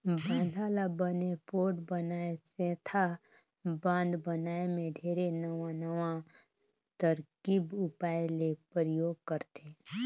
बांधा ल बने पोठ बनाए सेंथा बांध बनाए मे ढेरे नवां नवां तरकीब उपाय ले परयोग करथे